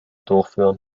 durchführen